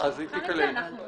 אנחנו נבחן את זה ונוסיף.